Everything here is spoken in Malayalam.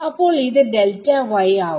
അപ്പോൾ ഇത് ആവും